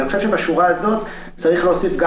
אני חושב שבשורה הזאת צריך להוסיף גם